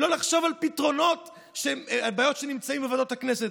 לא לחשוב על פתרונות של בעיות שנמצאות בוועדות הכנסת,